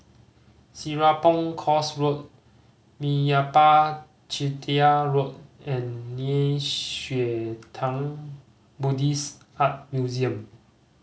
Serapong Course Road Meyappa Chettiar Road and Nei Xue Tang Buddhist Art Museum